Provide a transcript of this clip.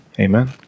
Amen